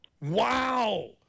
Wow